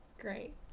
Great